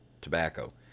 tobacco